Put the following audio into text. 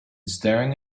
staring